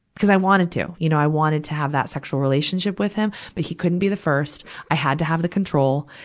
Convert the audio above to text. i wanted to. you know, i wanted to have that sexual relationship with him. but he couldn't be the first. i had to have the control.